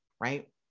right